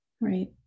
Right